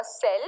cell